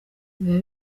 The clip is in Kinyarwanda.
biba